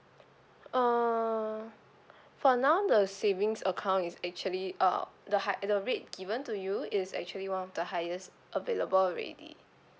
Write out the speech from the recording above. uh for now the savings account is actually uh the high~ the rate given to you is actually one of the highest available already